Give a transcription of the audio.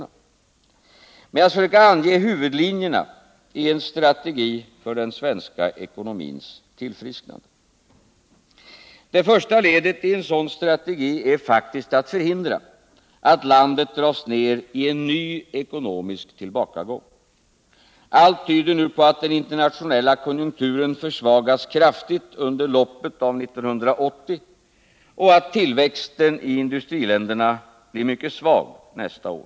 Men jag skall försöka ange huvudlinjerna i en strategi för den svenska ekonomins tillfrisknande. Det första ledet i en sådan strategi är faktiskt att förhindra att landet dras in i en ny ekonomisk tillbakagång. Allt tyder nu på att den internationella konjunkturen försvagas kraftigt under loppet av 1980 och att tillväxten i industriländerna blir mycket svag nästa år.